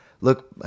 look